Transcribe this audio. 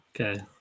Okay